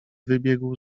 wybiegł